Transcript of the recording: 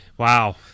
Wow